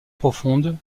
profonde